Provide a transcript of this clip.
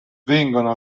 vengono